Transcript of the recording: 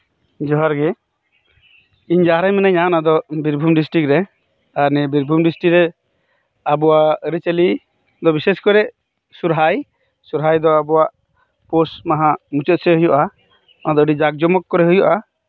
ᱡᱚᱦᱟᱨ ᱜᱤ ᱤᱧ ᱡᱟᱦᱟᱸ ᱨᱮ ᱢᱤᱱᱟᱹᱧᱟ ᱚᱱᱟ ᱫᱚ ᱵᱤᱨᱵᱷᱩᱢ ᱰᱤᱥᱴᱨᱤᱠ ᱨᱮ ᱟᱨ ᱱᱤᱭᱟᱹ ᱵᱤᱨᱵᱷᱩᱢ ᱰᱤᱥᱴᱤᱠ ᱨᱮ ᱟᱵᱚᱣᱟᱜ ᱟᱹᱨᱤᱪᱟᱹᱞᱤ ᱫᱚ ᱵᱤᱥᱮᱥ ᱠᱚᱨᱮ ᱥᱚᱨᱟᱦᱭ ᱥᱚᱨᱦᱟᱭ ᱫᱚ ᱟᱵᱚᱣᱟᱜ ᱯᱳᱥ ᱢᱟᱦᱟ ᱢᱩᱪᱟᱹᱫ ᱥᱮᱫ ᱦᱩᱭᱩᱜᱼᱟ ᱚᱱᱟ ᱫᱚ ᱟᱹᱰᱤ ᱡᱟᱠ ᱡᱚᱢᱚᱠ ᱠᱚᱨᱮ ᱦᱩᱭᱩᱜᱼᱟ